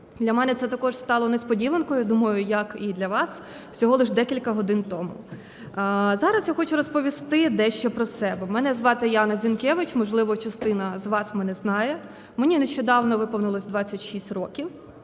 Для мене це також стало несподіванкою, думаю, як і для вас, всього лише декілька годин тому. Зараз я хочу розповісти дещо про себе. Мене звати Яна Зінкевич. Можливо, частина з вас мене знає. Мені нещодавно виповнилось 26 років.